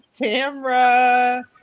Tamra